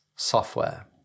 Software